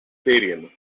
stadium